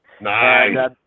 Nice